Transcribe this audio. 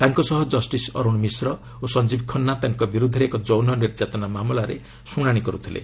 ତାଙ୍କ ସହ ଜଷ୍ଟିସ୍ ଅରୁଣ ମିଶ୍ର ଓ ସଂଜୀବ ଖାନ୍ନା ତାଙ୍କ ବିରୁଦ୍ଧରେ ଏକ ଯୌନ ନିର୍ଯାତନା ମାମଲାରେ ଶୁଣାଶି କର୍ତ୍ତିଲେ